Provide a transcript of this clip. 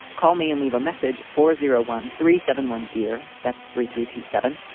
call me and leave a message for zero one three seven one, dear. that's three three to seven.